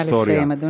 נא לסיים, אדוני.